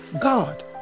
God